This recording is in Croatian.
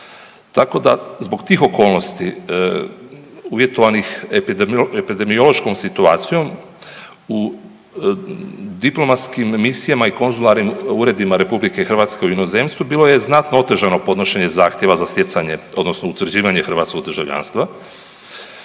tako da zbog tih okolnosti uvjetovanih epidemiološkom situacijom u diplomatskim misijama i konzularnim uredima RH u inozemstvu, bilo je znatno otežano podnošenje zahtjeva za stjecanje odnosno utvrđivanje hrvatskog državljanstva.